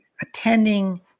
attending